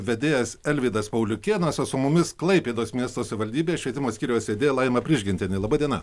vedėjas alvydas pauliukėnas o su mumis klaipėdos miesto savivaldybės švietimo skyriaus vedėja laima prižgintienė laba diena